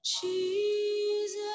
Jesus